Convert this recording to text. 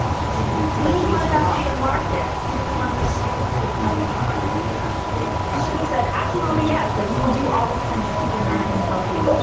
and didn't he wouldn't want to mess up um the market. he doesn't want to mess with the the private markets like that, like he should have said. absolutely. yes. like we will do all we can to keep americans healthy.